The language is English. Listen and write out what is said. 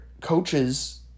coaches